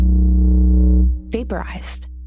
Vaporized